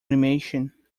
animation